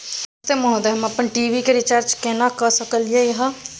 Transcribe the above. नमस्ते महोदय, हम अपन टी.वी के रिचार्ज केना के सकलियै हन?